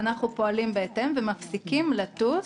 אנחנו פועלים בהתאם ומפסיקים לטוס,